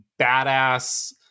badass